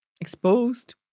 exposed